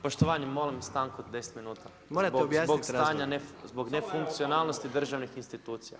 Poštovanje, molim stanku od 10 minuta zbog stanja, zbog nefunkcionalnosti državnih institucija.